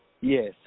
Yes